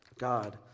God